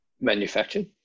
manufactured